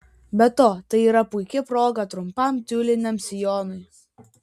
be to tai yra puiki proga trumpam tiuliniam sijonui